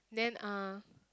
then uh